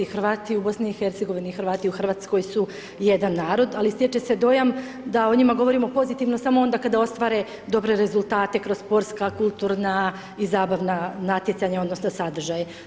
Hrvati u BiH i Hrvati u Hrvatskoj su jedan narod, ali stječe se dojam da o njima govorimo pozitivno samo onda kada ostvare dobre rezultate, kroz sportska, kulturna i zabavna natjecanja odnosno sadržaji.